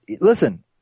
listen